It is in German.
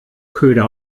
köder